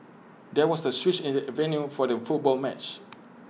there was A switch in the avenue for the football match